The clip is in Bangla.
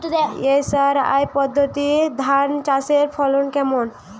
এস.আর.আই পদ্ধতি ধান চাষের ফলন কেমন?